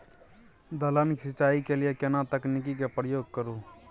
दलहन के सिंचाई के लिए केना तकनीक के प्रयोग करू?